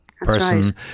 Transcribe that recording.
person